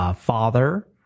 father